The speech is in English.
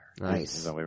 Nice